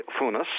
Funas